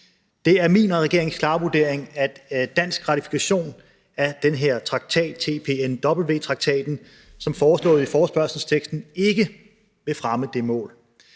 Det er min og regeringens klare vurdering, at dansk ratifikation af den her traktat, TPNW-traktaten, som foreslået i forespørgslen, ikke vil fremme det mål.